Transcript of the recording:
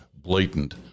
blatant